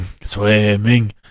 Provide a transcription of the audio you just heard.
swimming